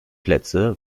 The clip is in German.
plätze